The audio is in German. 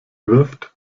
wirft